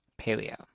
Paleo